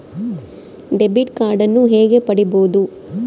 Debit ಕಾರ್ಡನ್ನು ಹೇಗೆ ಪಡಿಬೋದು?